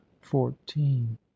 Fourteen